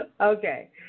Okay